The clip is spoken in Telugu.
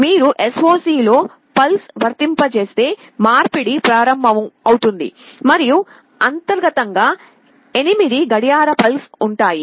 మీరు SOC లో పల్స్ వర్తింపజేస్తే మార్పిడి ప్రారంభమవుతుంది మరియు అంతర్గతంగా 8 గడియార పల్స్ ఉంటాయి